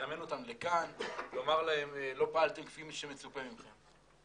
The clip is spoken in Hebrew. ולזמן אותם לכאן ולומר להם שלא פעלו כפי שמצופה מהם.